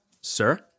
Sir